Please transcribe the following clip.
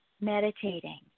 meditating